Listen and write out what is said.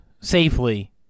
safely